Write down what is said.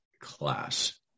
class